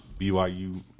BYU